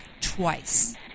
twice